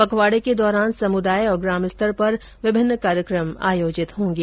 पखवाड़े के दौरान समुदाय और ग्रामस्तर पर विभिन्न कार्यक्रम आयोजित किए जाएंगे